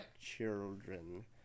children